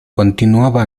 continuaba